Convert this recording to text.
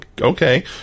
Okay